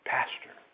Pastor